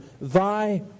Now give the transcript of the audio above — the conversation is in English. Thy